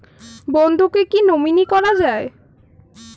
বন্ধুকে কী নমিনি করা যায়?